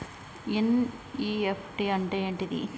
NEFT అంటే ఏంటిది?